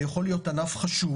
הוא יכול להיות ענף חשוב,